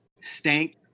stank